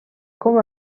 com